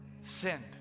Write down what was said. sinned